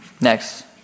Next